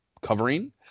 covering